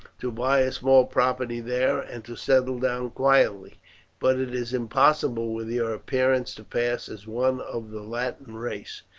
to buy a small property there, and to settle down quietly but it is impossible with your appearance to pass as one of the latin race.